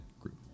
group